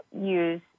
use